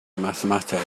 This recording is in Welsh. mathemateg